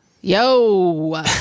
Yo